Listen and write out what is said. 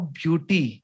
beauty